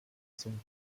zum